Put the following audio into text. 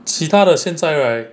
没有其他的现在 right